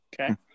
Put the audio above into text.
okay